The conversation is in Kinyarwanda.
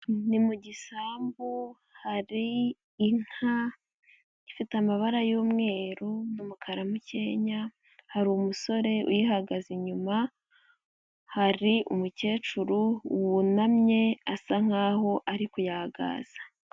Ni mu gisambu hari inka ifite amabara y'umweru n'umukara mukeya, hari umusore uyihagaze inyuma, hari umukecuru wunamye asa nkaho ari kuyagaza.